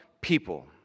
people